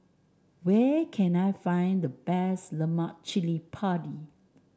where can I find the best Lemak Cili Padi